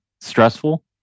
stressful